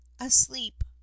asleep